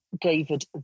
David